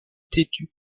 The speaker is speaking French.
têtu